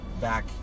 back